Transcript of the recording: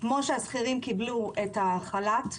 כמו שהשכירים קיבלו את החל"ת.